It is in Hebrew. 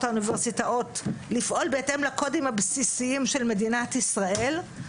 האוניברסיטאות לפעול בהתאם לקודים הבסיסיים של מדינת ישראל?